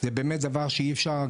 זה באמת דבר שאי אפשר.